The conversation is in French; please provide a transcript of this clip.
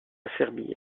serbie